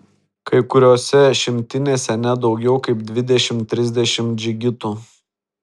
kai kuriose šimtinėse ne daugiau kaip dvidešimt trisdešimt džigitų